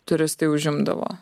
turistai užimdavo